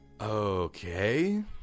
Okay